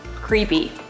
Creepy